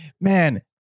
Man